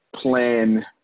plan